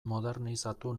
modernizatu